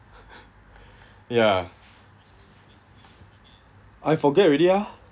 ya I forget already ah